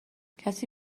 کسی